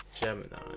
Gemini